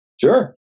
Sure